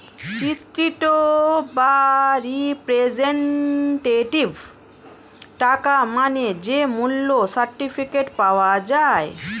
চিত্রিত বা রিপ্রেজেন্টেটিভ টাকা মানে যে মূল্য সার্টিফিকেট পাওয়া যায়